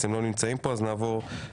הם לא נמצאים פה אז נעבור להצבעה.